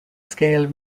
scale